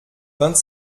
vingt